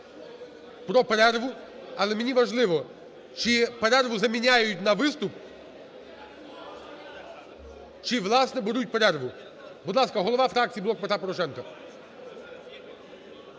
про перерву. Але мені важливо, чи перерву заміняють на виступ, чи, власне, беруть перерву. Будь ласка, голова фракції "Блоку Петра Порошенка".